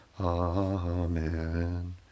Amen